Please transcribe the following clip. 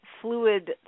fluid